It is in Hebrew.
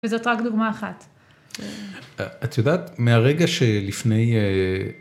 וזאת רק דוגמה אחת. את-את יודעת, מהרגע ש...לפני אה...